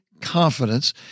confidence